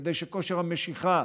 וכדי שכושר המשיכה